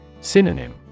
Synonym